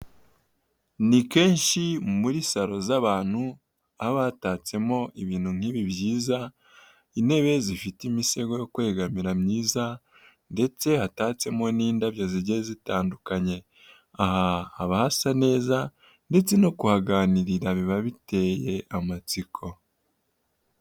Ni kenshi muri saro z'abantu haba hatatsemo ibintu nk'ibi byiza, intebe zifite imisego yo kwegamira myiza ndetse hatatsemo n'indabyo zigiye zitandukanye, aha haba hasa neza ndetse no kuhaganirira biba biteye amatsiko.